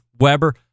Weber